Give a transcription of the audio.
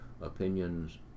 opinions